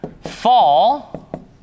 fall